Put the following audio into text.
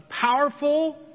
powerful